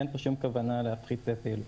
אין פה שום כוונה להפחית פעילות.